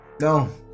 No